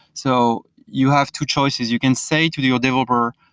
so you have two choices. you can say to to your developer,